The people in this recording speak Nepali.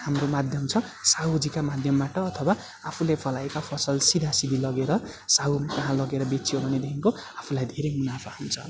हाम्रो माध्यम छ साहुजीका माध्यमबाट अथवा आफूले फलाएका फसल सिधासिधी लगेर साहुकहाँ लगेर बेचियो भनेदेखिको आफूलाई धेरै मुनाफा हुन्छ